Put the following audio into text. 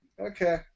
okay